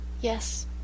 Yes